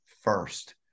first